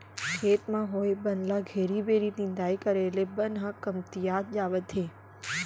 खेत म होए बन ल घेरी बेरी निंदाई करे ले बन ह कमतियात जावत हे